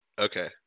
Okay